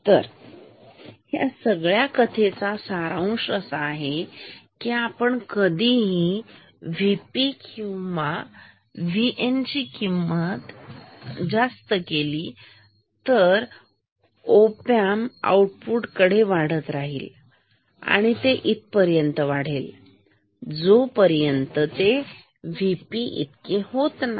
तर ह्या सगळ्या कथेचा सारांश असा आहे की आपण कधीही VP ची किंमत VN पेक्षा जास्त केली तर ओपॅम्प आउटपुट वाढत राहील आणि हे तिथपर्यंत वाढेल जोपर्यंत ते VP इतके होत नाही